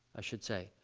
i should say.